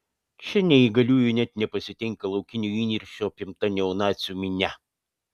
čia neįgaliųjų net nepasitinka laukinio įniršio apimta neonacių minia